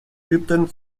übten